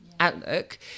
outlook